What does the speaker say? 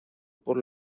por